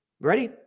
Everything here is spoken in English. Ready